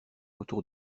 autour